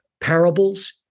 parables